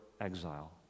exile